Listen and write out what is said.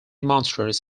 monsters